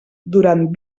durant